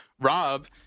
Rob